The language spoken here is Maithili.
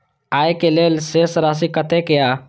आय के लेल शेष राशि कतेक या?